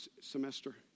semester